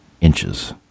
inches